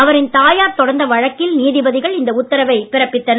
அவரின் தாயார் தொடர்ந்த வழக்கில் நீதிபதிகள் இந்த உத்தரவைப் பிறப்பித்தனர்